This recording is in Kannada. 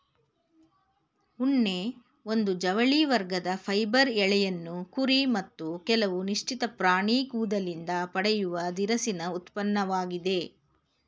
ಉಣ್ಣೆ ಒಂದು ಜವಳಿ ವರ್ಗದ ಫೈಬರ್ ಎಳೆಯನ್ನು ಕುರಿ ಮತ್ತು ಕೆಲವು ನಿಶ್ಚಿತ ಪ್ರಾಣಿ ಕೂದಲಿಂದ ಪಡೆಯುವ ದಿರಸಿನ ಉತ್ಪನ್ನವಾಗಿದೆ